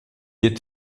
est